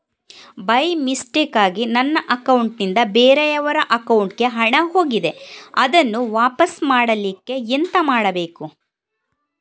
By ಮಿಸ್ಟೇಕಾಗಿ ನನ್ನ account ನಿಂದ ಬೇರೆಯವರ ಅಕೌಂಟ್ ಗೆ ಹಣ ಹೋಗಿದೆ ಅದನ್ನು ವಾಪಸ್ ಪಡಿಲಿಕ್ಕೆ ಎಂತ ಮಾಡಬೇಕು?